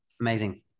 amazing